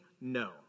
no